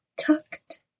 tucked